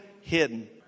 hidden